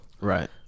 right